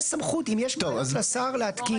תהיה סמכות, אם יש סמכות לשר להתקין.